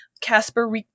Casper